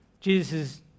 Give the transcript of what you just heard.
Jesus